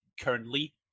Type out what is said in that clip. Currently